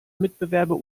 mitbewerber